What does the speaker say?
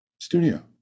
studio